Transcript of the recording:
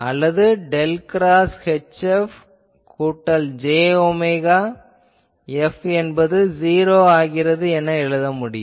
அல்லது del cross HF கூட்டல் j omega F என்பது '0' ஆகிறது என எழுத முடியும்